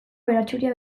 baratxuria